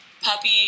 puppy